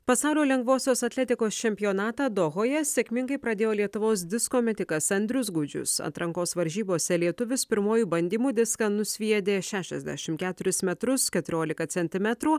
pasaulio lengvosios atletikos čempionatą dohoje sėkmingai pradėjo lietuvos disko metikas andrius gudžius atrankos varžybose lietuvis pirmuoju bandymu diską nusviedė šešiasdešim keturis metrus keturiolika centimetrų